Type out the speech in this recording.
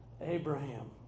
Abraham